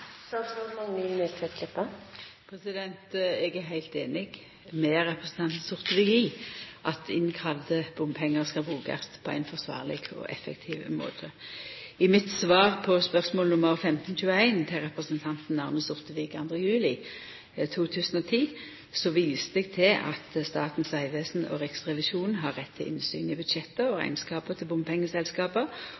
er heilt einig med representanten Sortevik i at innkravde bompengar skal brukast på ein forsvarleg og effektiv måte. I mitt svar 2. juli 2010 på spørsmål nr. 1522 frå representanten Arne Sortevik viste eg til at Statens vegvesen og Riksrevisjonen har rett til innsyn i budsjetta og